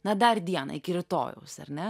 na dar dieną iki rytojaus ar ne